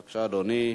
בבקשה, אדוני,